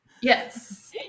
Yes